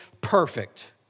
perfect